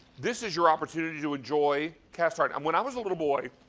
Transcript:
this is your opportunity to enjoy cast iron. and when i was a little boy,